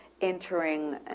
entering